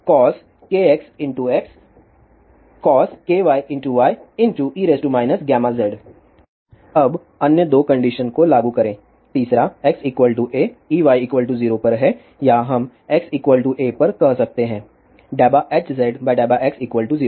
अब अन्य 2 कंडीशन को लागू करें तीसरा x a Ey 0 पर है या हम x a पर कह सकते हैं ∂Hz∂x0